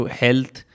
health